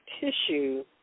tissue